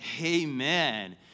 amen